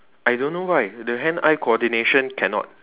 I don't know why the hand eye coordination cannot